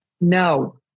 No